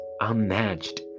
unmatched